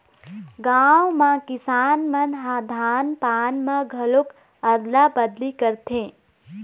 गाँव म किसान मन ह धान पान म घलोक अदला बदली करथे